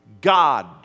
God